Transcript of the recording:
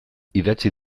idatzi